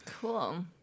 Cool